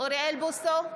אוריאל בוסו,